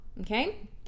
okay